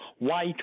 White